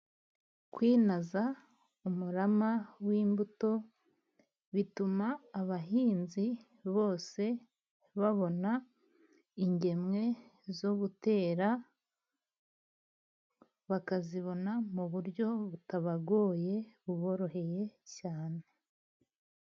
Kwinaza umurama w'imbuto, bituma abahinzi bose babona ingemwe zo gutera, bakazibona mu buryo butabagoye buboroheye cyane.